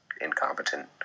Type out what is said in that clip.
incompetent